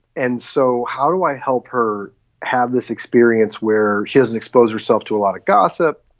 and so how do i help her have this experience where she doesn't expose herself to a lot of gossip.